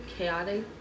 Chaotic